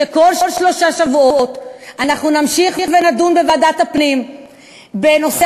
וכל שלושה שבועות אנחנו נמשיך ונדון בוועדת הפנים בנושא